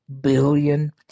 billion